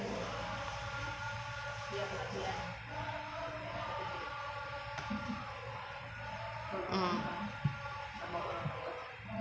mm